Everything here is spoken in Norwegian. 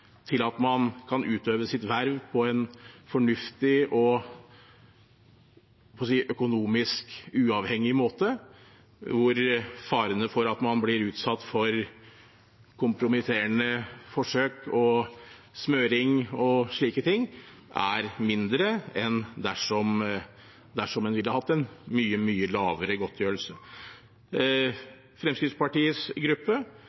til at man kan utøve sitt verv på en fornuftig og – skal vi si – økonomisk uavhengig måte. Faren for at man blir utsatt for kompromitterende forsøk, smøring og slike ting, er mindre enn dersom man hadde hatt en mye lavere godtgjørelse. Fremskrittspartiets gruppe